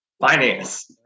Finance